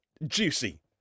juicy